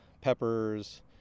peppers